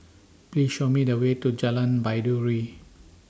Please Show Me The Way to Jalan Baiduri